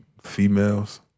females